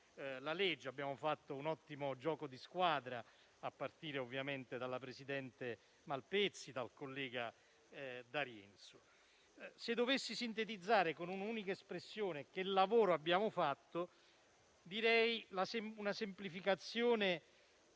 di legge. Abbiamo fatto un ottimo gioco di squadra, a partire ovviamente dalla presidente Malpezzi e dal collega D'Arienzo. Se dovessi sintetizzare con un'unica espressione il lavoro che abbiamo fatto, direi: semplificazione,